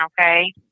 Okay